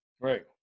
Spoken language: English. Right